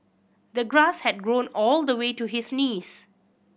the grass had grown all the way to his knees